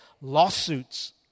lawsuits